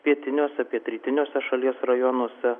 pietiniuose pietrytiniuose šalies rajonuose